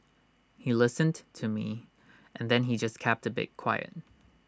he listened to me and then he just kept A bit quiet